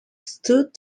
stood